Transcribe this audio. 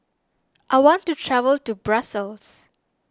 I want to travel to Brussels